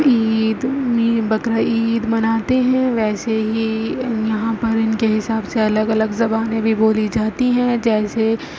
عید بقرعید مناتے ہیں ویسے ہی یہاں پر ان کے حساب سے الگ الگ زبانیں بھی بولی جاتی ہیں جیسے